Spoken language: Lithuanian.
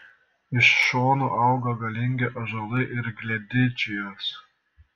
iš šonų augo galingi ąžuolai ir gledičijos